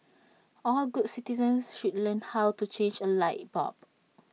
all good citizens should learn how to change A light bulb